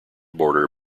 border